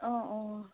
অঁ অঁ